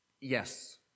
yes